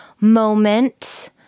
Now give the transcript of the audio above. moment